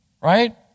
right